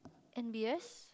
N_B_S